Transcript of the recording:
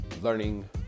learning